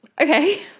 Okay